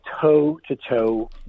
toe-to-toe